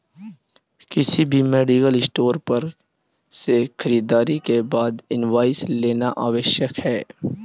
किसी भी medical store पर से खरीदारी के बाद इनवॉइस लेना आवश्यक है